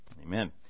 Amen